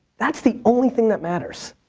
that's the only thing that matters.